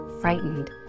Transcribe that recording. Frightened